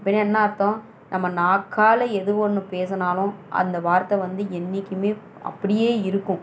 அப்படினா என்ன அர்த்தம் நம்ம நாக்கால் எது ஒன்று பேசினாலும் அந்த வார்த்தை வந்து என்றைக்குமே அப்படியே இருக்கும்